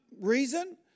reason